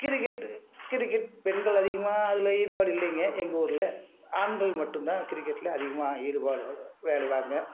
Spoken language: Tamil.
கிரிக்கெட்டு கிரிக்கெட் பெண்கள் அதிகமாக அதில் ஈடுபாடு இல்லைங்க எங்கள் ஊரில் ஆண்கள் மட்டும்தான் கிரிக்கெட்டில் அதிகமாக ஈடுபாடோடு விளையாடுவாங்க